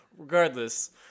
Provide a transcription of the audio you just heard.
Regardless